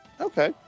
okay